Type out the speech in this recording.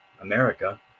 america